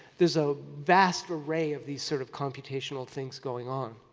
there's a vast array of these sort of computational things going on.